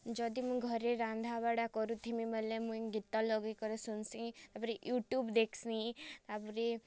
ଯଦି ମୁଁ ଘରେ ରାନ୍ଧା ବାଢ଼ା କରୁଥିମି ବେଲେ ମୁଇଁ ଗୀତ ଲଗେଇ କରି ଶୁନ୍ସି ତା'ପରେ ୟୁଟ୍ୟୁବ୍ ଦେଖ୍ସି ତା'ପରେ